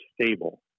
stable